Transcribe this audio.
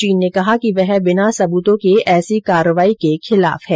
चीन ने कहा कि वह बिना सबूतों के ऐसी कार्यवाही के खिलाफ है